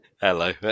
Hello